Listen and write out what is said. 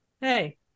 Hey